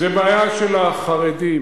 זה בעיה של החרדים,